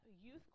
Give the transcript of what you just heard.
youth